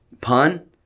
Pun